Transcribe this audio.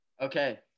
Okay